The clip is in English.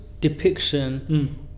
depiction